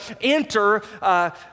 enter